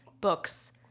book's